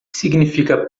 significa